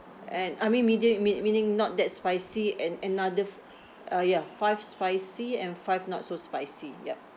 and I mean medium mean~ meaning not that spicy and another f~ uh ya five spicy and five not so spicy yup